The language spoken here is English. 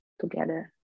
together